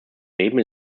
reben